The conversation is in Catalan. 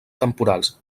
temporals